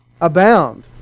abound